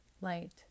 light